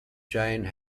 jane